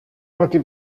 noti